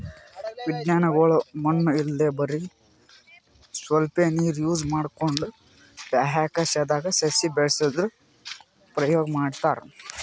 ವಿಜ್ಞಾನಿಗೊಳ್ ಮಣ್ಣ್ ಇಲ್ದೆ ಬರಿ ಸ್ವಲ್ಪೇ ನೀರ್ ಯೂಸ್ ಮಾಡ್ಕೊಂಡು ಬಾಹ್ಯಾಕಾಶ್ದಾಗ್ ಸಸಿ ಬೆಳಸದು ಪ್ರಯೋಗ್ ಮಾಡ್ತಾರಾ